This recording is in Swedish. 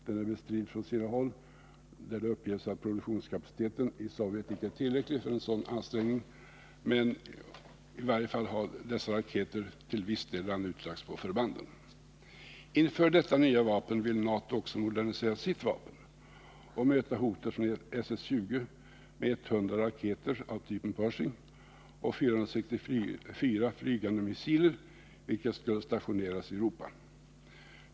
Den är bestridd från flera håll. Det har uppgetts att produktionskapaciteten i Sovjet inte är tillräcklig för en sådan ansträngning. Men i varje fall har dessa raketer till viss del redan utlagts på förbanden. Inför detta nya vapen vill NATO också modernisera sitt vapen och möta hotet från SS-20 med 108 raketer av typen Pershing och 464 flygande missiler, vilka skulle stationeras i Europa.